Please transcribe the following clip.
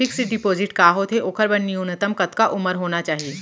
Fix deposit का होथे ओखर बर न्यूनतम कतका उमर होना चाहि?